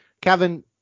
Kevin